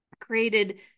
created